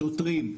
שוטרים.